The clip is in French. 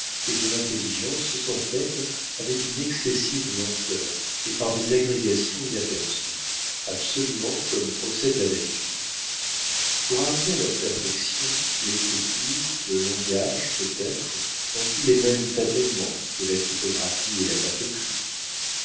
et de l'intelligence se sont faites avec une excessive lenteur et par des agrégations inaperçues absolument comme procède la nature pour arriver à leur perfection l'écriture le langage peut-être ont eu les mêmes tâtonnements que la typographie et la papeterie